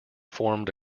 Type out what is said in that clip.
formed